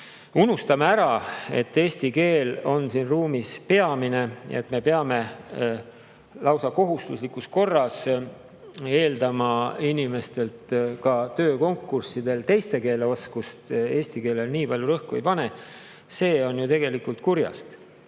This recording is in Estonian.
unustame ära, et eesti keel on siin ruumis peamine ja me peame lausa kohustuslikus korras eeldama inimestelt ka töökonkurssidel teiste keelte oskust ja eesti keelele nii palju rõhku ei pane, on ju tegelikult kurjast.